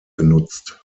genutzt